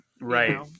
right